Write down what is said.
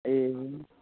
ए